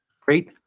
Great